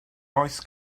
oes